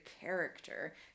character